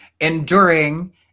enduring